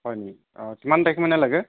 হয় নেকি অঁ কিমান তাৰিখ মানে লাগে